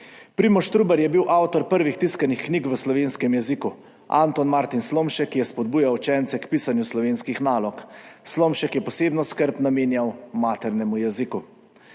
Primož Trubar je bil avtor prvih tiskanih knjig v slovenskem jeziku. Anton Martin Slomšek je spodbujal učence k pisanju slovenskih nalog. Slomšek je posebno skrb namenjal maternemu jeziku.